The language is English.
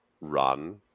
run